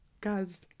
guys